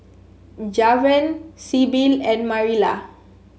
Javen Sybil and Marilla